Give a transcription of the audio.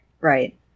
Right